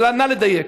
נא לדייק.